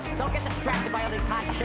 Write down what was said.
don't get distracted by others' hot